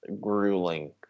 grueling